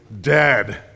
dead